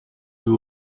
you